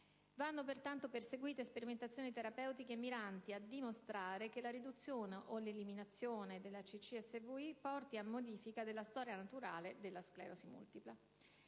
Vanno pertanto perseguite sperimentazioni terapeutiche miranti a dimostrare che la riduzione o l'eliminazione della CCSVI porti a modifica della storia naturale della sclerosi multipla.